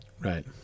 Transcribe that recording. Right